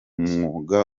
mwuga